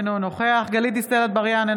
אינו נוכח גלית דיסטל אטבריאן,